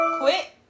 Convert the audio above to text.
Quit